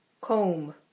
Comb